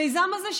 המיזם הזה,